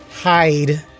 hide